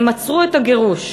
הם עצרו את הגירוש.